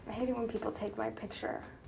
hate it when people take my picture.